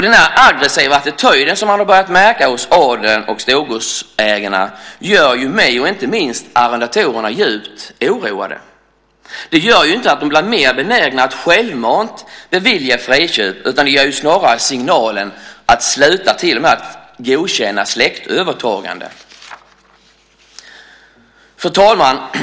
Denna aggressiva attityd som man har börjat märka hos adeln och storgodsägarna gör mig och inte minst arrendatorerna djupt oroade. Detta gör inte att de blir mer benägna att självmant bevilja friköp, utan det ger snarare signalen att de inte ens godkänner att släktingar tar över. Fru talman!